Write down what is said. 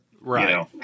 Right